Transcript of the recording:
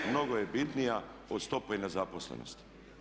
Mnogo je bitnija od stope nezaposlenosti.